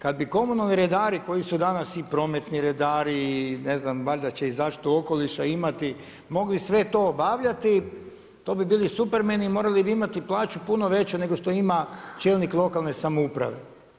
Kada bi komunalni redari koji su danas i prometni redari i ne znam i valjda će i zaštitu okoliša imati, mogli sve to obavljati, to bi bili Supermani i morali bi imati plaću puno veću nego što ima čelnik lokalne samouprave.